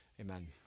Amen